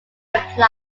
reply